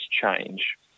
change